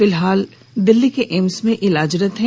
फिलहाल वे दिल्ली के एम्स में इलाजरत हैं